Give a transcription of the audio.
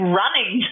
running